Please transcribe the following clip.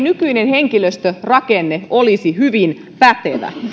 nykyinen henkilöstörakenne olisi hyvin pätevä